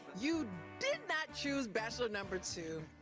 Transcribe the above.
you did not choose bachelor number two.